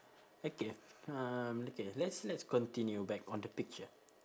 okay um okay let's let's continue back on the picture